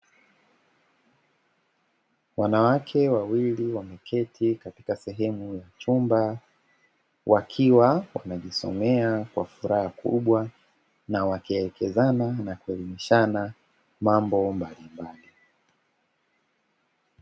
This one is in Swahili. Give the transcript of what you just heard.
Wanawake wawili wameketi katika sehemu yenye chumba wakiwa wanajisomea kwa furaha kubwa na wakielekezana na kuelimishana mambo mbalimbali.